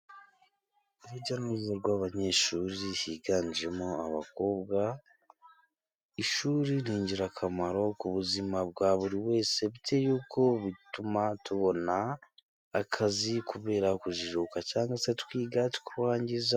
Urujya n'uruza rw'abanyeshuri higanjemo abakobwa. Ishuri ni ingirakamaro ku buzima bwa buri wese kuko butuma tubona akazi kubera kujijuka cyangwa se tukiga kukarangiza.